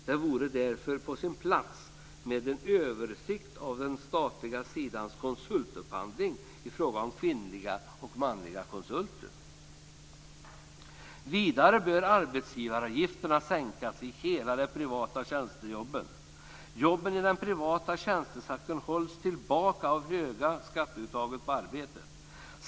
Det vore därför på sin plats med en översikt av den statliga sidans konsultupphandling i fråga om kvinnliga och manliga konsulter. Vidare bör arbetsgivaravgifterna sänkas i hela den privata tjänstesektorn. Jobben i den privata tjänstesektorn hålls tillbaka av det höga skatteuttaget på arbete.